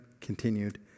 continued